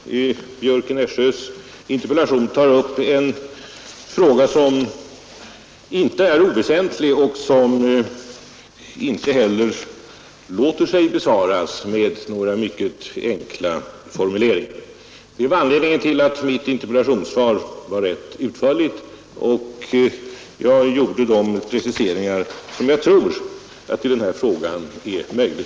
Herr talman! Herr Björcks i Nässjö interpellation tar upp en fråga som inte är oväsentlig och som inte heller låter sig besvaras med några enkla formuleringar. Det var anledningen till att mitt interpellationssvar var rätt utförligt, och jag gjorde därvid de preciseringar som jag tror det är möjligt att göra i denna fråga.